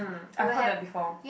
I've heard that before